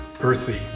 earthy